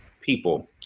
people